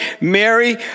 Mary